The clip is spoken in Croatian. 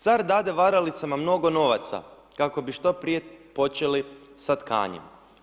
Car dade varalicama mnogo novaca, kako bi što prije počeli sa tkanjem.